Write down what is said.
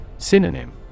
synonym